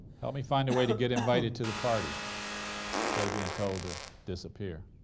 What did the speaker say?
help me find a way to get invited to the party instead of being told to disappear.